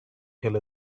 hill